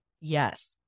Yes